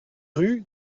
rue